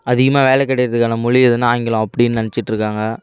அதிகமா வேலை கிடைக்கிறதுக்கான மொழி எதுனா ஆங்கிலம் அப்படின்னு நினச்சிட்டு இருக்காங்க